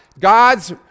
God's